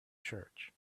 church